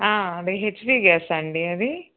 అదే హెచ్పి గ్యాసా అండి అది